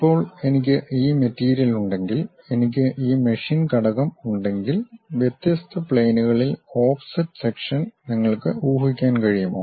ഇപ്പോൾ എനിക്ക് ഈ മെറ്റീരിയൽ ഉണ്ടെങ്കിൽ എനിക്ക് ഈ മെഷീൻ ഘടകം ഉണ്ടെങ്കിൽ വ്യത്യസ്ത പ്ലെയിനുകളിൽ ഓഫ്സെറ്റ് സെക്ഷൻ നിങ്ങൾക്ക് ഊഹിക്കാൻ കഴിയുമോ